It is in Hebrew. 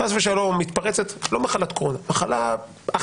חס ושלום מתפרצת מחלה אחרת